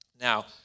Now